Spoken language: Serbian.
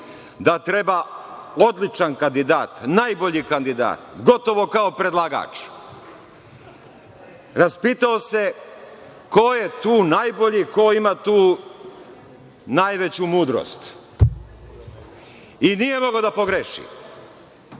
da treba odličan kandidat, najbolji kandidatm, gotovo kao predlagač. Raspitao se ko je tu najbolji, ko ima tu najveću mudrost i nije mogao da pogreši.